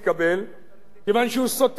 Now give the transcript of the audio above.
כיוון שהוא סותר את זכות הקניין,